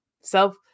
Self